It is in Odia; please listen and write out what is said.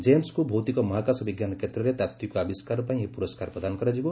ଜେମ୍ସଙ୍କୁ ଭୌତିକ ମହାକାଶ ବିଜ୍ଞାନ କ୍ଷେତ୍ରରେ ତାତ୍ତ୍ୱିକ ଆବିଷ୍କାର ପାଇଁ ଏହି ପୁରସ୍କାର ପ୍ରଦାନ କରାଯିବ